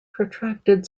protracted